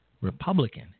Republican